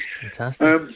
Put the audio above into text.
Fantastic